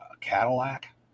Cadillac